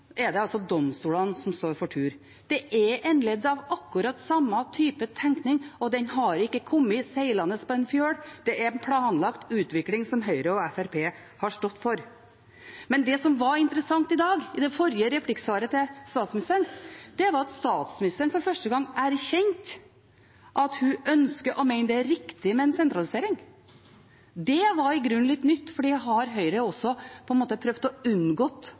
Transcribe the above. ledd i akkurat den samme typen tenkning. Det har ikke kommet seilende på ei fjøl – dette er en planlagt utvikling, som Høyre og Fremskrittspartiet har stått for. Det som var interessant i det forrige replikksvaret fra statsministeren i dag, er at hun for første gang erkjente at hun ønsker og mener at det er riktig med en sentralisering. Det var i grunnen litt nytt, for det har Høyre på en måte prøvd å